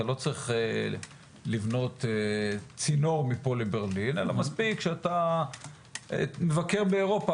אתה לא צריך לבנות צינור מפה לברלין אלא מספיק שתבקר באירופה,